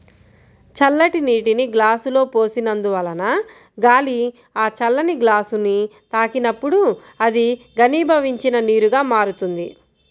చల్లటి నీటిని గ్లాసులో పోసినందువలన గాలి ఆ చల్లని గ్లాసుని తాకినప్పుడు అది ఘనీభవించిన నీరుగా మారుతుంది